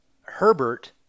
Herbert